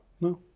No